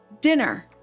Dinner